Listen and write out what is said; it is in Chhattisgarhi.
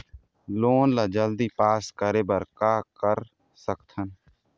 लोन ला जल्दी पास करे बर का कर सकथन?